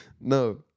No